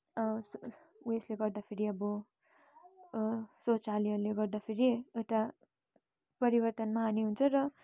उयसले गर्दाखेरि अब शौचालयले गर्दाखेरि एउटा परिवर्तनमा हानी हुन्छ र